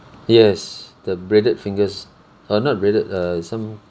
yes the breaded fingers uh not breaded err some